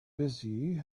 busy